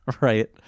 right